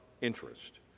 interest